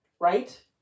right